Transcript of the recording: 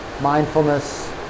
Mindfulness